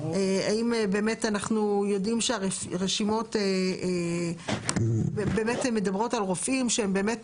האם באמת אנחנו יודעים שהרשימות באמת מדברות על רופאים שהם באמת